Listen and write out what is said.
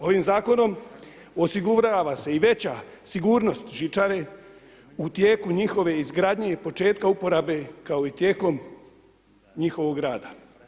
Ovim zakonom osigurava se i veća sigurnost žičare u tijeku njihove izgradnje i početka uporabe kao i tijekom njihovog rada.